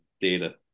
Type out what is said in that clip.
data